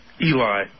Eli